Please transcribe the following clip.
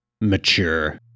Mature